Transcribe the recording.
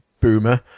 boomer